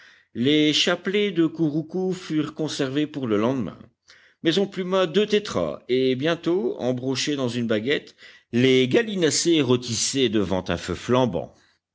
les chapelets de couroucous furent conservés pour le lendemain mais on pluma deux tétras et bientôt embrochés dans une baguette les gallinacés rôtissaient devant un feu flambant